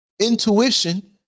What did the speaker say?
Intuition